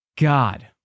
God